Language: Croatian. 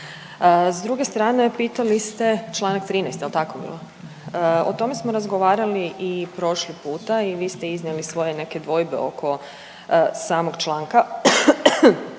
S druge strane pitali ste, čl. 13., jel tako bilo? O tome smo razgovarali i prošli puta i vi ste iznijeli svoje neke dvojbe oko samog članka.